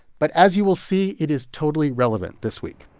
but as you will see, it is totally relevant this week